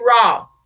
raw